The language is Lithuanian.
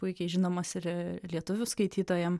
puikiai žinomas ir lietuvių skaitytojam